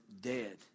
dead